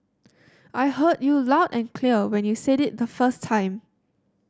I heard you loud and clear when you said it the first time